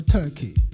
turkey